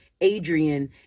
adrian